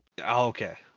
Okay